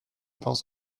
pense